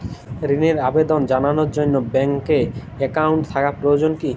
ঋণের আবেদন জানানোর জন্য ব্যাঙ্কে অ্যাকাউন্ট থাকা প্রয়োজন কী?